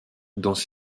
dans